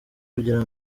kugira